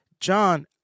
john